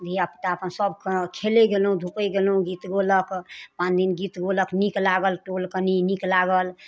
धियापुता अपन सबके खेलै गेलहुँ धूपै गेलहुँ गीत गौलक पाँच दिन गीत गौलक नीक लागल टोल कनी नीक लागल